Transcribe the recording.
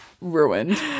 ruined